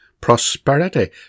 prosperity